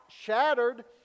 shattered